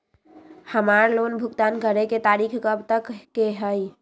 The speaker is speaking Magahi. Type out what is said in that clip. हमार लोन भुगतान करे के तारीख कब तक के हई?